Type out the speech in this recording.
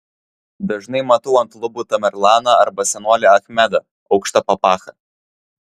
dažnai matau ant lubų tamerlaną arba senolį achmedą aukšta papacha